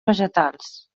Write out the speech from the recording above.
vegetals